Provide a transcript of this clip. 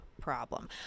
problem